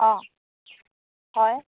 অঁ হয়